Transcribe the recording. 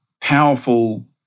powerful